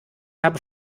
habe